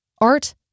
Art